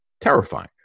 Terrifying